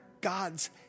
God's